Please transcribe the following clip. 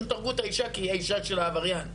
תרבות עבריינית כי הבעל שלה עבריין,